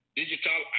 digital